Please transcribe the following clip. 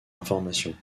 information